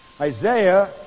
Isaiah